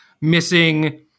missing